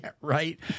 right